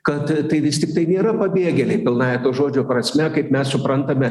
kad tai vis tiktai nėra pabėgėliai pilnąja žodžio prasme kaip mes suprantame